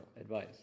advice